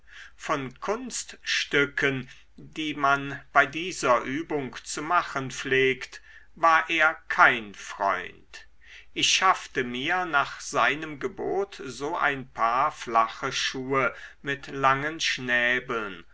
von kunststücken die man bei dieser übung zu machen pflegt war er kein freund ich schaffte mir nach seinem gebot so ein paar flache schuhe mit langen schnäbeln